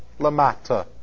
lamata